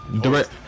direct